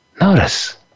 notice